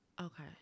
Okay